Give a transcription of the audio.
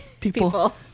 people